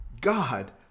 God